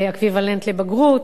אקוויוולנט לבגרות.